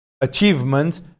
achievements